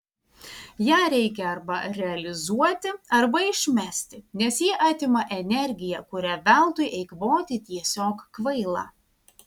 ją reikia arba realizuoti arba išmesti nes ji atima energiją kurią veltui eikvoti tiesiog kvaila